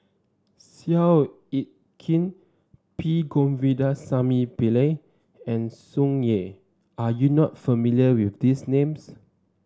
Seow Yit Kin P Govindasamy Pillai and Tsung Yeh are you not familiar with these names